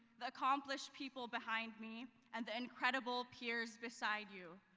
the accomplished people behind me and the incredible peers beside you,